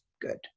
good